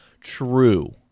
True